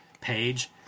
page